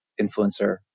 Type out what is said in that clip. influencer